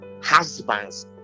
husbands